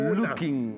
looking